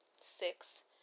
six